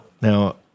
Now